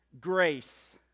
grace